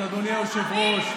אדוני היושב-ראש,